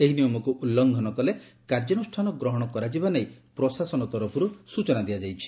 ଏହି ନିୟମକୁ ଉଲ୍କୃଘନ କଲେ କାର୍ଯ୍ୟାନୁଷ୍ଠାନ ଗ୍ରହଶ କରାଯିବା ନେଇ ପ୍ରଶାସନ ତରଫରୁ ସ୍ଚନା ଦିଆଯାଇଛି